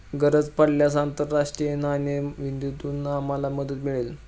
गरज पडल्यास आंतरराष्ट्रीय नाणेनिधीतून आम्हाला मदत मिळेल